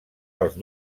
pels